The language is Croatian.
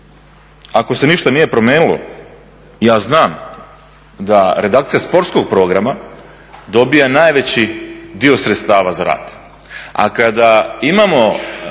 ako se ništa nije promijenilo ja znam da redakcija sportskog programa dobiva najveći dio sredstava za rad. A kada imamo